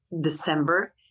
December